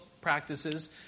practices